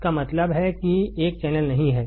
इसका मतलब है कि एक चैनल नहीं है